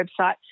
website